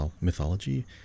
mythology